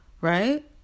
right